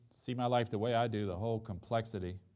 see my life the way i do, the whole complexity.